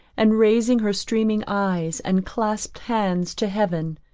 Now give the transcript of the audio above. and raising her streaming eyes and clasped hands to heaven,